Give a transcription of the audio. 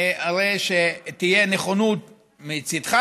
הרי שתהיה נכונות מצידך,